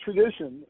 tradition